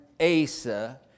Asa